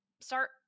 start